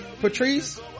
patrice